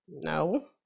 No